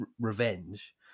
revenge